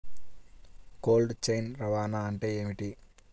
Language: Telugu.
కోల్డ్ చైన్ రవాణా అంటే ఏమిటీ?